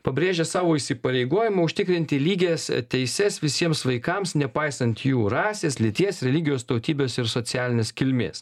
pabrėžia savo įsipareigojimą užtikrinti lygias teises visiems vaikams nepaisant jų rasės lyties religijos tautybės ir socialinės kilmės